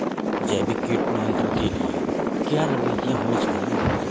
जैविक कीट नियंत्रण के लिए क्या रणनीतियां होनी चाहिए?